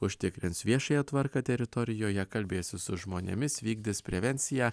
užtikrins viešąją tvarką teritorijoje kalbėsis su žmonėmis vykdys prevenciją